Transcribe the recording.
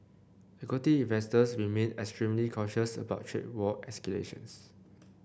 equity investors remain extremely cautious about trade war escalations